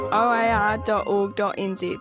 oar.org.nz